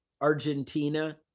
Argentina